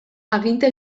aginte